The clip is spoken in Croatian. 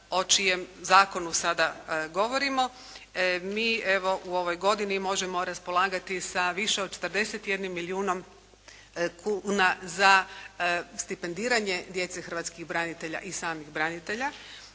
o čijem zakonu sada govorimo, mi evo u ovoj godini možemo raspolagati sa sviše od 41 milijunom kuna za stipendiranje djece hrvatskih branitelja i samih branitelja.